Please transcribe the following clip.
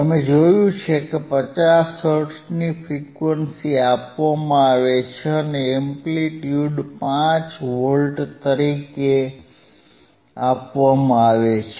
તમે જોયું છે કે 50 હર્ટ્ઝની ફ્રીક્વન્સી આપવામાં આવે છે અને એમ્પ્લિટ્યુડ 5 વોલ્ટ તરીકે આપવામાં આવે છે